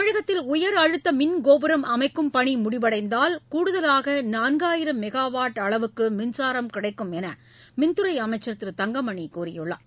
தமிழகத்தில் உயரழுத்த மின்கோபுரம் அமைக்கும் பணி முடிவடைந்தால் கூடுதலாக நான்காயிரம் மெகாவாட் அளவுக்கு மின்சாரம் கிடைக்கும் என்று மின்துறை அமைச்சர் திரு தங்கமணி கூறியுள்ளார்